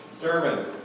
sermon